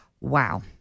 wow